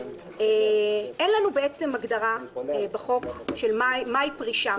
אין לנו בעצם הגדרה בחוק של מהי פרישה,